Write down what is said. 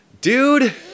Dude